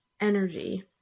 energy